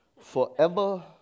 Forever